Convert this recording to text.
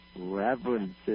reverences